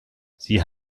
sie